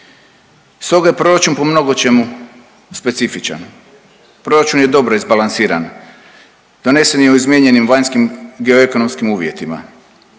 Stoga je proračun po mnogo čemu specifičan. Proračun je dobro izbalansiran, donesen je u izmijenjenim vanjskih geoekonomskim uvjetima,